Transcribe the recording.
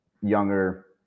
younger